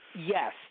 Yes